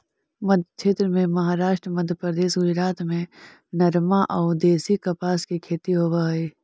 मध्मक्षेत्र में महाराष्ट्र, मध्यप्रदेश, गुजरात में नरमा अउ देशी कपास के खेती होवऽ हई